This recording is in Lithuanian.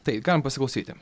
taip galim pasiklausyti